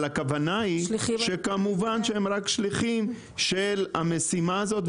אבל הכוונה היא שכמובן שהם רק שליחים של המשימה הזו,